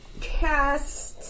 cast